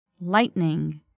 lightning